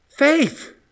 faith